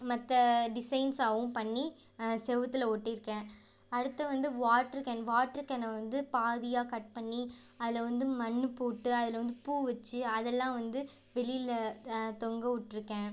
மற்ற டிசைன்ஸாவும் பண்ணி சுவுத்துல ஒட்டியிருக்கேன் அடுத்து வந்து வாட்ரு கேன் வாட்ரு கேனை வந்து பாதியாக கட் பண்ணி அதில் வந்து மண்ணு போட்டு அதில் வந்து பூ வச்சு அதெல்லாம் வந்து வெளியில் தொங்க விட்ருக்கேன்